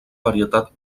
varietat